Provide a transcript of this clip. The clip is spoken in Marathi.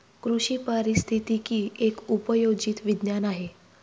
कृषी पारिस्थितिकी एक उपयोजित विज्ञान आहे